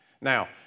Now